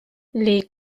les